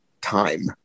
time